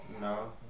No